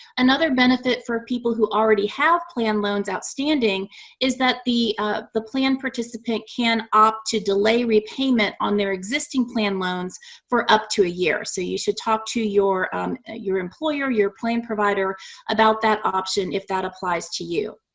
another benefit for people who already have plan loans outstanding is that the the plan participant can opt to delay repayment on their existing plan loans for up to a year. so you should talk to your your employer, your plan provider about that option if that applies to you.